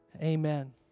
Amen